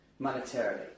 monetarily